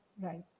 Right